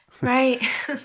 Right